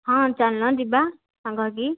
ହଁ ଚାଲୁନ ଯିବା ସାଙ୍ଗ ହୋଇକି